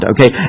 Okay